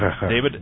David